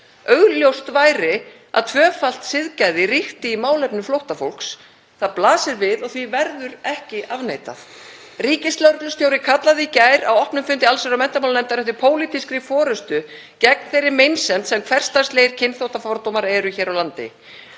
Augljóst væri að tvöfalt siðgæði ríkti í málefnum flóttafólks. Það blasir við og því verður ekki afneitað. Ríkislögreglustjóri kallaði í gær á opnum fundi allsherjar- og menntamálanefndar eftir pólitískri forystu gegn þeirri meinsemd sem hversdagslegir kynþáttafordómar eru hér á landi.